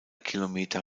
kilometer